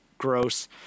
gross